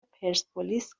پرسپولیس